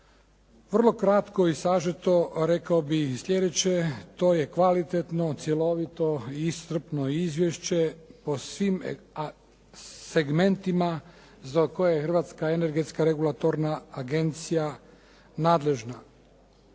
Vrlo kratko i sažeto rekao bih slijedeće. To je kvalitetno, cjelovito i iscrpno izvješće po svim segmentima za koje je Hrvatska energetska regulatorna agencija nadležna